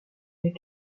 les